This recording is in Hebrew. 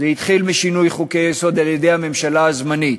אז זה התחיל משינוי חוקי-יסוד על-ידי הממשלה הזמנית